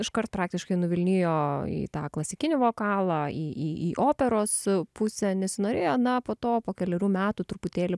iškart praktiškai nuvilnijo į tą klasikinį vokalą į į į operos pusę nesinorėjo na po to po kelerių metų truputėlį